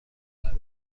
بعد